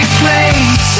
place